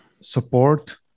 support